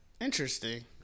Interesting